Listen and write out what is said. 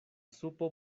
supo